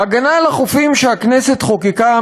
ההגנה על החופים שהכנסת חוקקה,